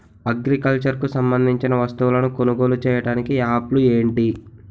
Agriculture కు సంబందించిన వస్తువులను కొనుగోలు చేయటానికి యాప్లు ఏంటి?